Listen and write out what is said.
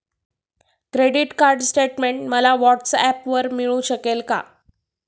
Credit card statement मला व्हॉट्सऍपवर मिळू शकेल का?